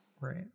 right